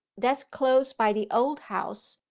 that's close by the old house,